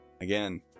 Again